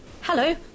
Hello